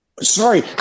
Sorry